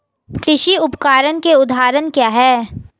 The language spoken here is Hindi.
कृषि उपकरण के उदाहरण क्या हैं?